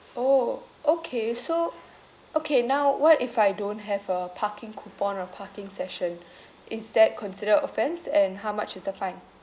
orh okay so okay now what if I don't have a parking coupon or parking session is that considered offence and how much is the fine